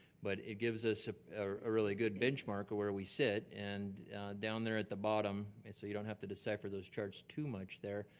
but it gives us a really good benchmark of where we sit. and down there at the bottom, and so you don't have to decipher those charts too much there.